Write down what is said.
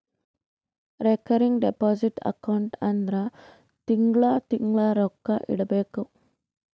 recurring deposit account ಅಂದುರ್ ತಿಂಗಳಾ ತಿಂಗಳಾ ರೊಕ್ಕಾ ಇಡಬೇಕು